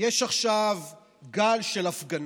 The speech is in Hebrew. יש עכשיו גל של הפגנות.